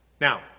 Now